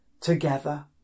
together